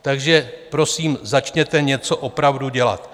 Takže prosím, začněte něco opravdu dělat.